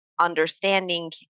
understanding